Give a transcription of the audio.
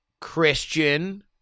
Christian